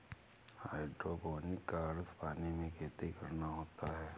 hydroponic का अर्थ पानी में खेती करना होता है